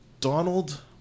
Donald